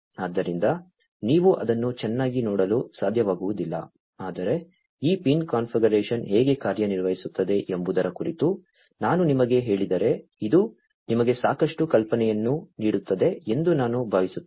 ಆದ್ದರಿಂದ ನೀವು ಅದನ್ನು ಚೆನ್ನಾಗಿ ನೋಡಲು ಸಾಧ್ಯವಾಗುವುದಿಲ್ಲ ಆದರೆ ಈ ಪಿನ್ ಕಾನ್ಫಿಗರೇಶನ್ ಹೇಗೆ ಕಾರ್ಯನಿರ್ವಹಿಸುತ್ತದೆ ಎಂಬುದರ ಕುರಿತು ನಾನು ನಿಮಗೆ ಹೇಳಿದರೆ ಇದು ನಿಮಗೆ ಸಾಕಷ್ಟು ಕಲ್ಪನೆಯನ್ನು ನೀಡುತ್ತದೆ ಎಂದು ನಾನು ಭಾವಿಸುತ್ತೇನೆ